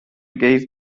gaze